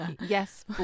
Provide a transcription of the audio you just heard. yes